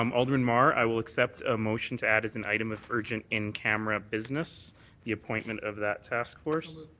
um alderman mar, i will accept a motion to add as an item of urgent in camera business the appointment of that taskforce.